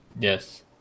Yes